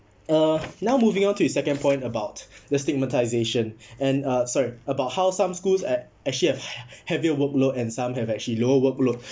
uh now moving on to the second point about the stigmatisation and uh sorry about how some schools a~ actually have heavier workload and some have actually lower workload